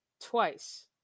twice